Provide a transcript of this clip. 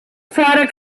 product